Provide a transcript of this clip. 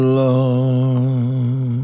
love